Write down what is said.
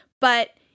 But-